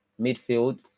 Midfield